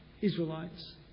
Israelites